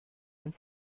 and